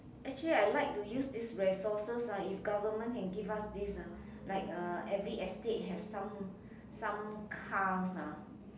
actually I like to use this resources ah if government can give us this ah like uh every estate have some cars ah